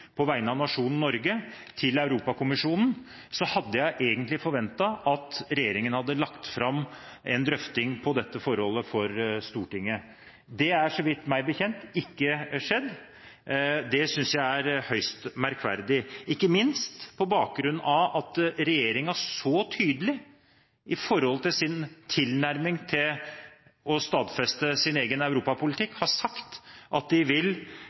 på vegne av nasjonen Norge til Europakommisjonen, hadde jeg egentlig forventet at regjeringen hadde lagt fram en drøfting av dette forholdet for Stortinget. Det har, så vidt jeg vet, ikke skjedd. Det synes jeg er høyst merkverdig, ikke minst på bakgrunn av at regjeringen når det gjelder sin tilnærming til å stadfeste sin egen europapolitikk, så tydelig har sagt at den vil